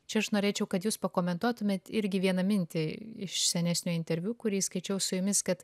čia aš norėčiau kad jūs pakomentuotumėt irgi vieną mintį iš senesnio interviu kurį skaičiau su jumis kad